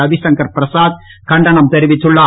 ரவிசங்கர் பிரசாத் கண்டனம் தெரிவித்துள்ளார்